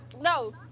no